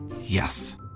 Yes